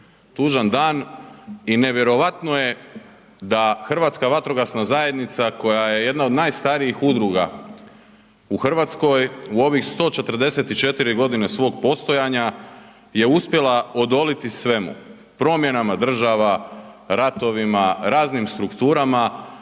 tužan dan i nevjerojatno je da Hrvatska vatrogasna zajednica koja je jedna od najstarijih udruga u Hrvatskoj u ovih 144 godine svog postojanja je uspjela odoliti svemu, promjenama država, ratovima, raznim strukturama,